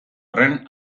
arren